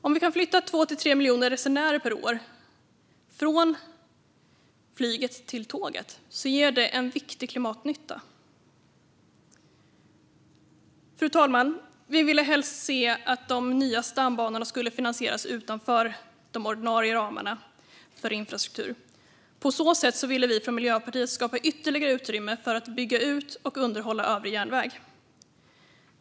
Om vi kan flytta 2-3 miljoner resenärer per år från flyget till tåget ger det en viktig klimatnytta. Fru talman! Vi ville helst se att de nya stambanorna skulle finansieras utanför de ordinarie ramarna för infrastruktur. På så sätt ville vi i Miljöpartiet skapa ytterligare utrymme för att bygga ut och underhålla övrig järnväg.